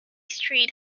street